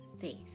faith